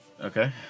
Okay